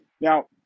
now